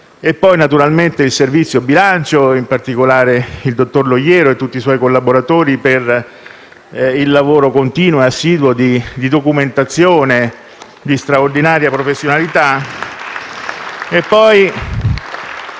Ringrazio poi il Servizio del bilancio, in particolare il dottor Loiero e tutti i suoi collaboratori, per il lavoro continuo e assiduo di documentazione, di straordinaria professionalità*.*